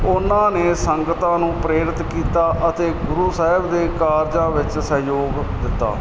ਉਨਾਂ ਨੇ ਸੰਗਤਾਂ ਨੂੰ ਪ੍ਰੇਰਿਤ ਕੀਤਾ ਅਤੇ ਗੁਰੂ ਸਾਹਿਬ ਦੇ ਕਾਰਜਾਂ ਵਿੱਚ ਸਹਿਯੋਗ ਦਿੱਤਾ